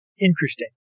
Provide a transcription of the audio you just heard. interesting